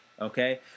okay